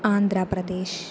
आन्द्राप्रदेशः